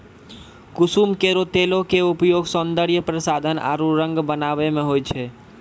कुसुम केरो तेलो क उपयोग सौंदर्य प्रसाधन आरु रंग बनावै म होय छै